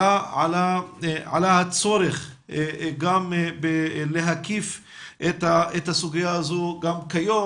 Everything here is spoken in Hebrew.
עלה הצורך גם להקיף את הסוגיה הזו כיום